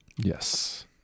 yes